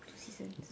two seasons